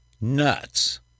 nuts